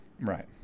right